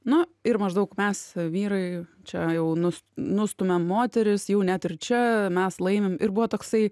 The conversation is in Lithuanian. nu ir maždaug mes vyrai čia jau nus nustumiam moteris jau net ir čia mes laimim ir buvo toksai